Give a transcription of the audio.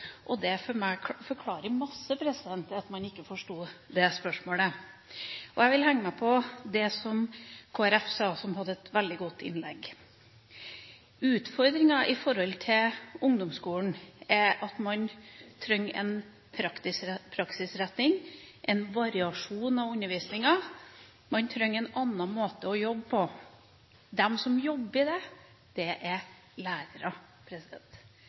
Og det forklarer for meg en masse om hvorfor man ikke forsto det spørsmålet. Jeg vil henge meg på det som representanten fra Kristelig Folkeparti sa, som hadde et veldig godt innlegg. Utfordringen med hensyn til ungdomsskolen er at man trenger en praksisretting, en variasjon av undervisningen. Man trenger en annen måte å jobbe på. De som jobber med det, er lærerne. Det er